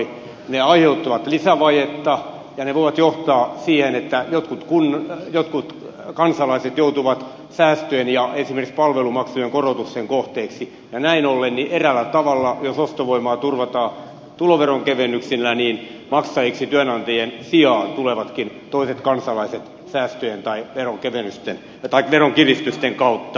ne aiheuttavat lisävajetta ja ne voivat johtaa siihen että jotkut kansalaiset joutuvat säästöjen ja esimerkiksi palvelumaksujen korotusten kohteeksi ja näin ollen eräällä tavalla jos ostovoimaa turvataan tuloveronkevennyksillä maksajiksi työnantajien sijaan tulevatkin toiset kansalaiset säästöjen tai veronkiristysten kautta